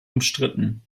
umstritten